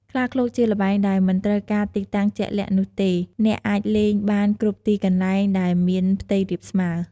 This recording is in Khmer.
ខ្លាឃ្លោកជាល្បែងដែលមិនត្រូវការទីតាំងជាក់លាក់នោះទេអ្នកអាចលេងបានគ្រប់ទីកន្លែងដែលមានផ្ទៃរាបស្មើ។